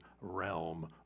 realm